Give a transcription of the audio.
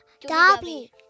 Dobby